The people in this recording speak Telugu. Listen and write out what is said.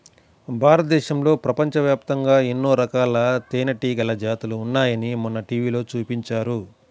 భారతదేశంలో, ప్రపంచవ్యాప్తంగా ఎన్నో రకాల తేనెటీగల జాతులు ఉన్నాయని మొన్న టీవీలో చూపించారు